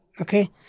okay